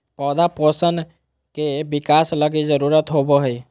पौधा पोषण के बिकास लगी जरुरत होबो हइ